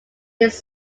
this